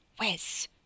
Wes